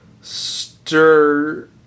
stir